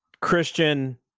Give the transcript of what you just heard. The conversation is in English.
Christian